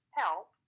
help